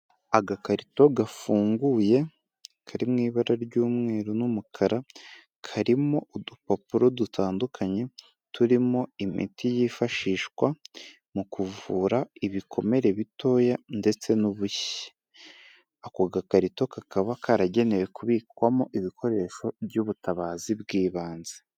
Agakarito gafunguye kari mu ibara ry'umweru n'umukara, karimo udupapuro dutandukanye, turimo imiti yifashishwa mu kuvura ibikomere bitoya ndetse n'ubushye. Ako gakarito kakaba karagenewe kubikwamo ibikoresho by'ubutabazi bw'ibanze.